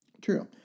True